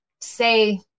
say